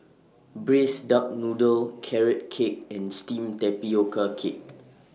Braised Duck Noodle Carrot Cake and Steamed Tapioca Cake